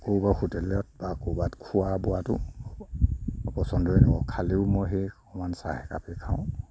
ক'ৰবাত হোটেলত বা ক'ৰবাত খোৱা বোৱাটো পচন্দই নকৰোঁ খালেও মই সেই অকণমান চাহ একাপেই খাওঁ